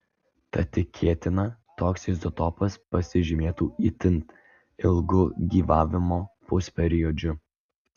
tad tikėtina toks izotopas pasižymėtų itin ilgu gyvavimo pusperiodžiu